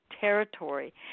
territory